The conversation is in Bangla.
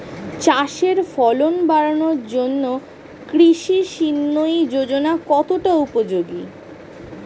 চাষের ফলন বাড়ানোর জন্য কৃষি সিঞ্চয়ী যোজনা কতটা উপযোগী?